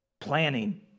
planning